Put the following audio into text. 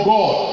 God